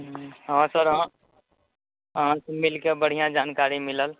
हुँ हँ सर अहाँ अहाँसँ मिलके बढ़िआँ जानकारी मिलल